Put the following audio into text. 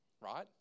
right